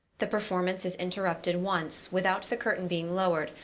the per formance is interrupted once, without the curtain being lowered,